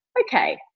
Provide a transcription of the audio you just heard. okay